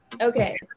Okay